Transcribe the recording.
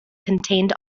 contained